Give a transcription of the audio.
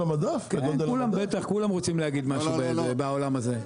כן, כולם רוצים להגיד משהו בעולם הזה.